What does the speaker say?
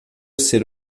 ser